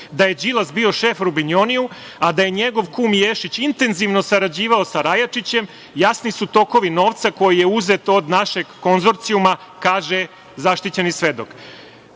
da je Đilas bio šef Jubrinoniju, a da je njegov kum Ješić intenzivno sarađivao sa Rajačićem jasni su tokovi novca koji je uzet od našeg konzorcijuma, kaže zaštićeni svedok. Tri